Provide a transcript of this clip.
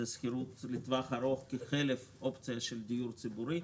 זה שכירות לטווח ארוך כאופציה של דיור ציבורי,